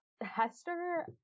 Hester